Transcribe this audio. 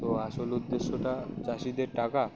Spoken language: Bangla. তো আসল উদ্দেশ্যটা চাষিদের টাকা